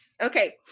Okay